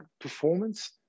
performance